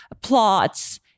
plots